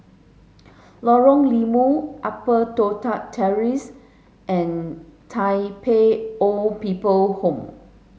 Lorong Limau Upper Toh Tuck Terrace and Tai Pei Old People Home